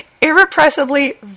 irrepressibly